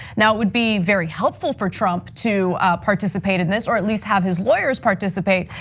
now it would be very helpful for trump to participate in this or at least have his lawyers participate,